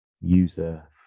user